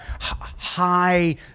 high